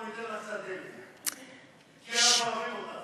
אמרנו, ניתן לך קצת דלק, כי אנחנו אוהבים אותך.